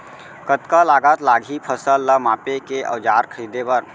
कतका लागत लागही फसल ला मापे के औज़ार खरीदे बर?